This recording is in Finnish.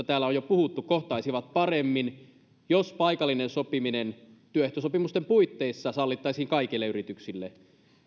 täällä on jo puhuttu kohtaisivat paremmin jos paikallinen sopiminen työehtosopimusten puitteissa sallittaisiin kaikille yrityksille